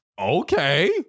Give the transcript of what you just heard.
Okay